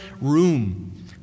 room